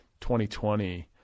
2020